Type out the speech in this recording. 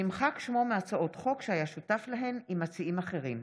נמחק שמו מהצעות חוק שהיה שותף להן עם מציעים אחרים.